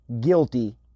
guilty